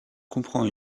comprend